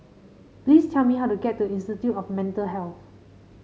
please tell me how to get to Institute of Mental Health